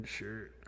shirt